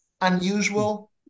unusual